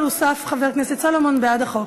גברתי השרה,